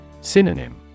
Synonym